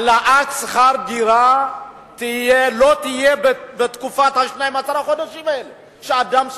העלאת שכר דירה לא תהיה בתקופת 12 החודשים האלה שאדם שוכר.